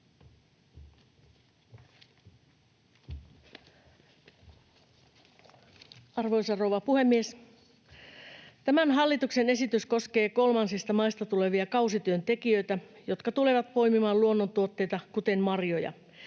Arvoisa rouva puhemies! Tämä hallituksen esitys koskee kolmansista maista tulevia kausityöntekijöitä, jotka tulevat poimimaan luonnontuotteita, kuten marjoja.